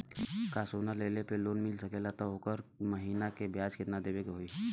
का सोना देले पे लोन मिल सकेला त ओकर महीना के ब्याज कितनादेवे के होई?